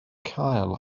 cael